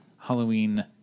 Halloween